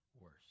worse